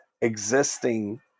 existing